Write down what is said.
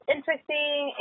interesting